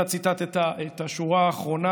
אתה ציטטת את השורה האחרונה